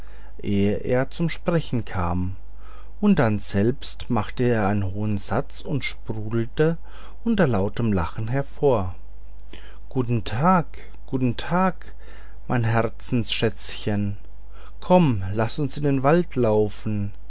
er zum sprechen kam und dann selbst machte er einen hohen satz und sprudelte unter lautem lachen hervor guten tag guten tag mein herzensschätzchen komm laß uns in den wald laufen